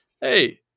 hey